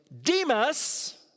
Demas